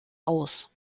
aus